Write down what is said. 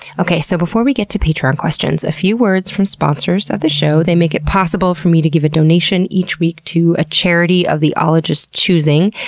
okay so before we get to patreon questions, a few words from sponsors of the show. they make it possible for me to give a donation each week to a charity of the ologist's choosing.